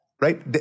right